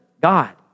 god